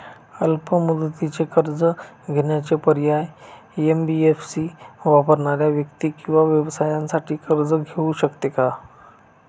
अल्प मुदतीचे कर्ज देण्याचे पर्याय, एन.बी.एफ.सी वापरणाऱ्या व्यक्ती किंवा व्यवसायांसाठी कर्ज घेऊ शकते का?